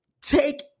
Take